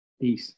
Peace